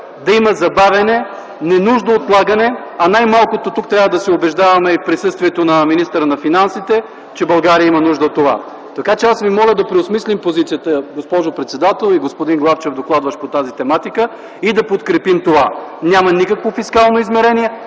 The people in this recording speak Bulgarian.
да има забавяне, ненужно отлагане, а най-малкото тук трябва да се убеждаваме в присъствието на министъра на финансите, че България има нужда от това. Аз ви моля да преосмислим позицията, госпожо председател и господин Главчев, докладващ по тази тематика и да подкрепим това. Няма никакво фискално измерение,